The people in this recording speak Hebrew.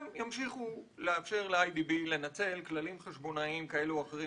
להמשיך לאפשר לאיי די בי לנצל כללים חשבונאיים כאלה או אחרים